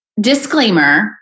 disclaimer